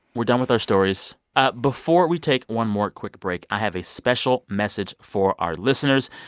we're done with our stories. ah before we take one more quick break, i have a special message for our listeners.